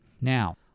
Now